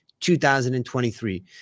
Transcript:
2023